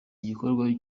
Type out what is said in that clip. igikorwa